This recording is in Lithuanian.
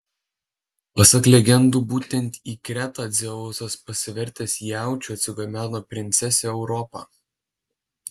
pasak legendų būtent į kretą dzeusas pasivertęs jaučiu atsigabeno princesę europą